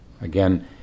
Again